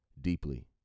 deeply